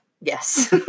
Yes